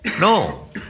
No